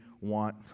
want